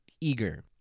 eager